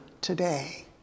today